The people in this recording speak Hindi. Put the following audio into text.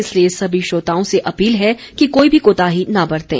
इसलिए सभी श्रोताओं से अपील है कि कोई भी कोताही न बरतें